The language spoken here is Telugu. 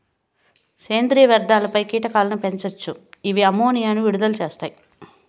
సేంద్రీయ వ్యర్థాలపై కీటకాలను పెంచవచ్చు, ఇవి అమ్మోనియాను విడుదల చేస్తాయి